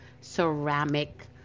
ceramic